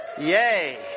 Yay